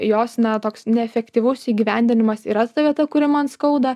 jos na toks neefektyvaus įgyvendinimas yra ta vieta kuri man skauda